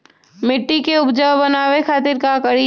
मिट्टी के उपजाऊ बनावे खातिर का करी?